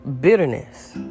Bitterness